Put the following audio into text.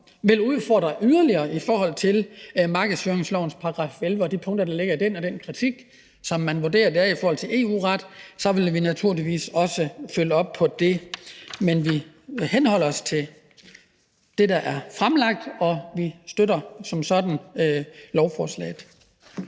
vil udfordre det yderligere i forhold til markedsføringslovens § 11 og de punkter, der ligger i den, samt i forhold til EU-retten og den kritik, der har været i vurderingen af den, vil vi naturligvis også følge op på det. Men vi vil henholde os til det, der er fremsat, og vi støtter som sådan lovforslaget.